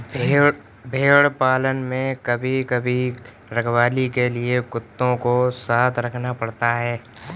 भेड़ पालन में कभी कभी रखवाली के लिए कुत्तों को साथ रखा जाता है